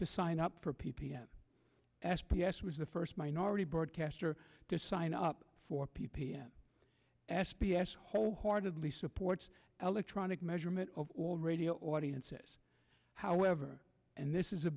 to sign up for p p m s p s was the first minority broadcaster to sign up for p p m s p s wholeheartedly supports elec tronic measurement of all radio audiences however and this is a